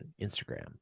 Instagram